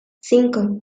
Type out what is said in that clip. cinco